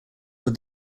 were